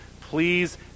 please